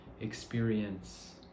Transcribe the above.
experience